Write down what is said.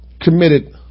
committed